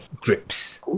grips